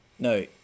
No